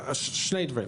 שני דברים.